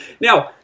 Now